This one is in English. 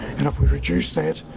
and if we reduce that,